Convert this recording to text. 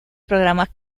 programas